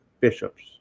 Bishops